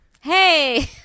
Hey